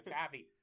savvy